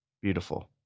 Beautiful